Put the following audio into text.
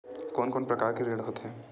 कोन कोन प्रकार के ऋण होथे?